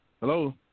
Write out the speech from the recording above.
Hello